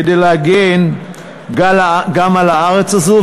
כדי להגן גם על הארץ הזאת,